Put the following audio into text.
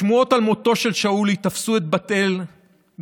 השמועות על מותו של שאולי תפסו את בת אל בחיפה,